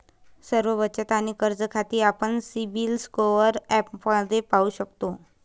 सर्व बचत आणि कर्ज खाती आपण सिबिल स्कोअर ॲपमध्ये पाहू शकतो